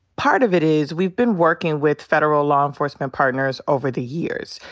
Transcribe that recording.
part of it is we've been working with federal law enforcement partners over the years.